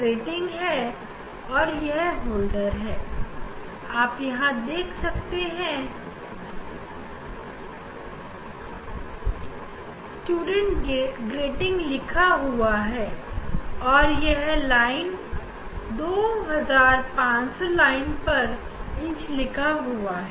यह ग्रेटिंग है और यह होल्डर है यहां आप देख सकते हैं की इस ग्रेटिंग पर स्टूडेंट्स ग्रेटिंग और LPI 2500 लाइन पर इंच लिखा हुआ है